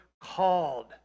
called